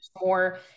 more